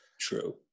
True